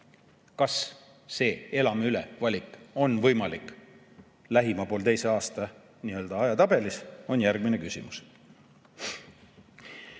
Kas see "elame üle"-valik on võimalik lähima poolteise aasta ajatabelis, on järgmine küsimus.